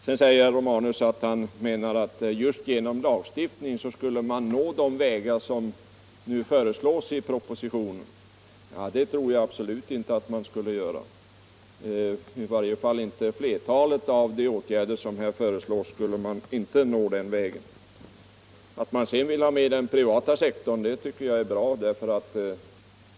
Herr Romanus säger att vi just genom en lagstiftning skulle nå de mål som nu förs fram i propositionen. Det tror jag inte att vi skulle göra. I varje fall skulle flertalet av de åtgärder som här föreslås inte kunna åstadkommas den vägen. Att man sedan vill ha med den privata sektorn tycker jag är bra.